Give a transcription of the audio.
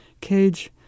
Cage